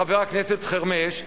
חבר הכנסת חרמש,